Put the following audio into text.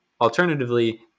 alternatively